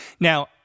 Now